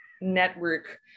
network